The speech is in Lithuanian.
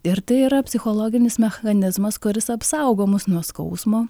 ir tai yra psichologinis mechanizmas kuris apsaugo mus nuo skausmo